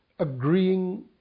agreeing